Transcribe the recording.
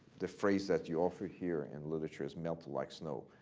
the phrase that you often hear in literature is melted like snow.